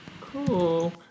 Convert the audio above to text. Cool